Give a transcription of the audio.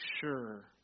sure